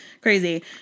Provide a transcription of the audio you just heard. crazy